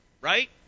right